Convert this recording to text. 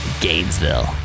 Gainesville